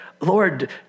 Lord